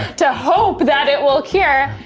to hope that it will cure.